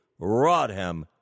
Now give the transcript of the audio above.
Rodham